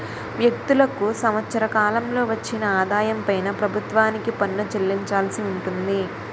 వ్యక్తులకు సంవత్సర కాలంలో వచ్చిన ఆదాయం పైన ప్రభుత్వానికి పన్ను చెల్లించాల్సి ఉంటుంది